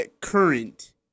current